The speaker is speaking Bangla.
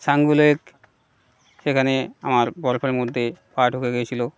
ছাঙ্গু লেক সেখানে আমার বরফের মধ্যে পা ঢুকে গেছিলো